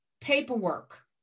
paperwork